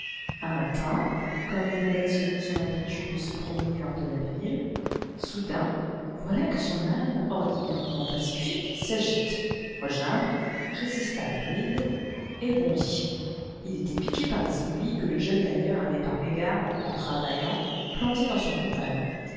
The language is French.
un matin comme il allait seion son habitude se promener hors de la ville soudain voilà que sonâne ordinairement pacifique s'agite regimbe résiste à la bride et bondit il était piqué par des aiguilles que le jeune tailleur avait par mégarde en travaillant plantées dans son pantalon